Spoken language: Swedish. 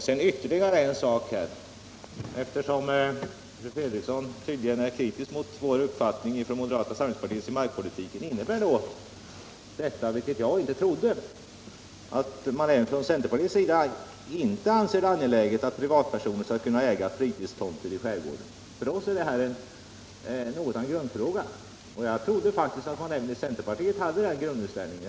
Sedan ytterligare en sak, eftersom fru Fredrikson tydligen är kritisk mot moderata samlingspartiets uppfattning i markpolitiken: Innebär då detta — vilket jag inte trodde — att man på centerpartihåll inte anser det angeläget att privatpersoner skall kunna äga fritidstomter i skärgår den? För oss är detta något av en grundfråga, och jag trodde faktiskt att man även i centerpartiet hade samma grundinställning.